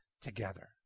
together